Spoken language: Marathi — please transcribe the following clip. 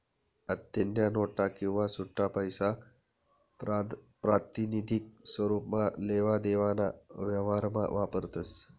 आत्तेन्या नोटा आणि सुट्टापैसा प्रातिनिधिक स्वरुपमा लेवा देवाना व्यवहारमा वापरतस